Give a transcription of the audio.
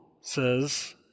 says